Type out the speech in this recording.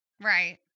Right